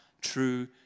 true